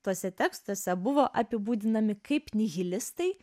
tuose tekstuose buvo apibūdinami kaip nihilistai